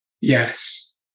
Yes